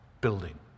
building